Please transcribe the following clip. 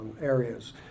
areas